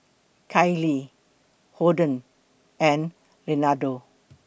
Kailee Holden and Leonardo